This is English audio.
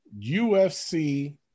UFC